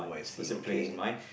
I see okay